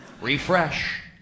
Refresh